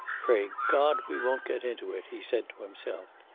pray god we won't get into it, he said to himself.